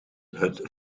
het